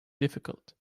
difficult